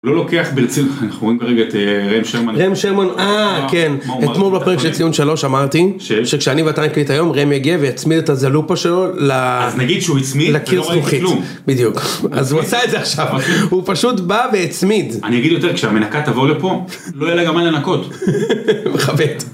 לא לוקח ברצינות אנחנו רואים כרגע את ראם שרמן. ראם שרמן אה כן אתמול בפרק של ציון 3 אמרתי שכשאני ואתה נקליט היום רם יגיע ויצמיד את הזלופה שלו לה אז נגיד שהוא יצמיד לא רואה כלום בדיוק אז הוא עושה את זה עכשיו הוא פשוט בא והצמיד אני אגיד יותר כשהמנקה תבוא לפה לא יהיה לה גם מה לנקות.